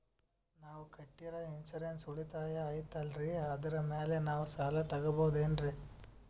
ನಾವು ಕಟ್ಟಿರೋ ಇನ್ಸೂರೆನ್ಸ್ ಉಳಿತಾಯ ಐತಾಲ್ರಿ ಅದರ ಮೇಲೆ ನಾವು ಸಾಲ ತಗೋಬಹುದೇನ್ರಿ?